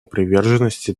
приверженности